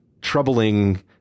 troubling